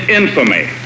infamy